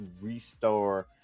restore